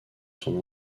son